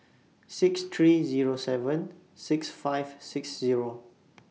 six three Zero seven six five six Zero